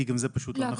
כי זה פשוט לא נכון.